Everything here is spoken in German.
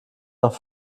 nach